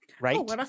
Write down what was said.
Right